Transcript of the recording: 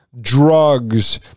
Drugs